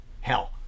hell